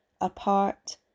apart